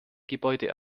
gebäude